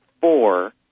four